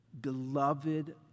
Beloved